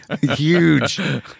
Huge